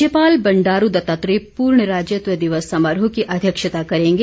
राज्यपाल बंडारू दत्तात्रेय पूर्ण राज्यत्व दिवस समारोह की अध्यक्षता करेंगे